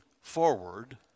forward